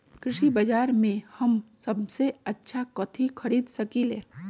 कृषि बाजर में हम सबसे अच्छा कथि खरीद सकींले?